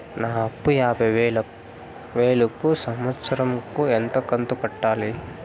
నా అప్పు యాభై వేలు కు సంవత్సరం కు ఎంత కంతు కట్టాలి?